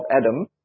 Adam